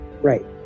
right